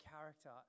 character